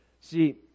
See